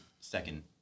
second